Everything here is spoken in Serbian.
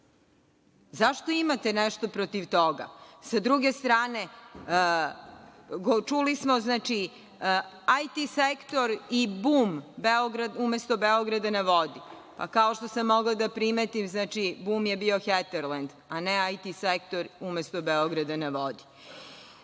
Zašto imate nešto protiv toga?S druge strane, čuli smo – IT sektor i bum, umesto „Beograda na vodi“. Kao što sam mogla da primetim, bum je bio „Heterlend“, a ne IT sektor umesto „Beograda na vodi“.Još